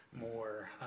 more